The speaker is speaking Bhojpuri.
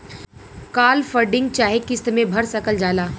काल फंडिंग चाहे किस्त मे भर सकल जाला